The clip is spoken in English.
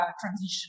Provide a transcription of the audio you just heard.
transition